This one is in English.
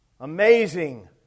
Amazing